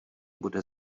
bude